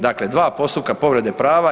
Dakle, 2 postupka povrede prava.